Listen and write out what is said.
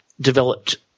developed